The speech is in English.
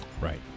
Right